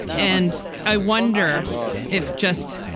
and i wonder if just,